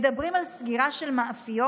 מדברים על סגירה של מאפיות?